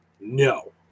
no